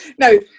No